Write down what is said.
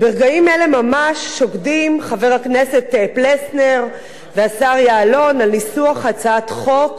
ברגעים אלה ממש שוקדים חבר הכנסת פלסנר והשר יעלון על ניסוח הצעת חוק